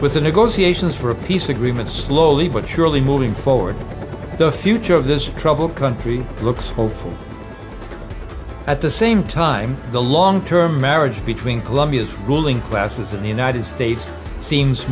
with the negotiations for a peace agreement slowly but surely moving forward the future of this troubled country looks hopeful at the same time the long term marriage between colombia's ruling classes and the united states seems